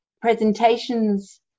presentations